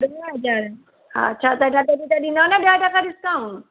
ॾह हज़ार हा छा था चओ हेतिरा त ॾींदा न ॾह टका डिस्काउंट